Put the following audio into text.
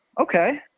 okay